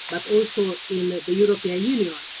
but also in the european union.